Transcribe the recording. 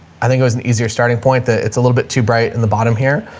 i think it was an easier starting point that it's a little bit too bright in the bottom here,